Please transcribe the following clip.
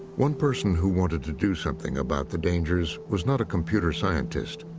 one person who wanted to do something about the dangers was not a computer scientist,